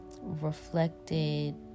reflected